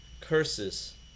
curses